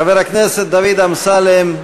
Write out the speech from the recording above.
חבר הכנסת דוד אמסלם,